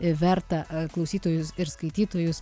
verta klausytojus ir skaitytojus